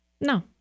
No